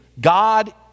God